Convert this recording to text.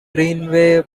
greenway